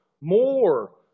more